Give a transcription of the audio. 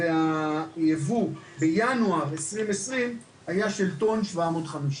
והייבוא בינואר 2020 היה של טון ו-750 ק"ג.